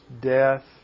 death